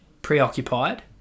preoccupied